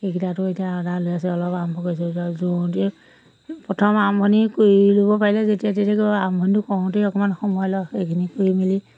সেইকেইটাটো এতিয়া অৰ্ডাৰ লৈ আছোঁ অলপ আৰম্ভ কৰিছোঁ যোৰোতে প্ৰথম আৰম্ভণি কৰি ল'ব পাৰিলে যেতিয়া তেতিয়া আৰম্ভণিটো কৰোঁতেই অকণমান সময় লওঁ সেইখিনি কৰি মেলি